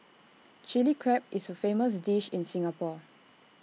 Chilli Crab is A famous dish in Singapore